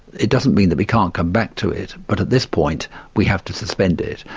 it doesn't mean that we can't come back to it but at this point we have to suspend it.